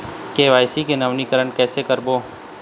KYC नवीनीकरण कैसे करबो?